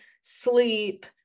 sleep